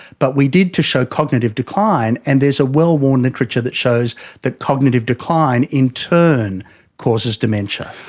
but we did to show cognitive decline. and there's a well-worn literature that shows that cognitive decline in turn causes dementia.